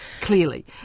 clearly